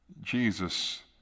Jesus